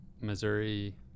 Missouri –